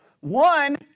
one